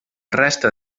resta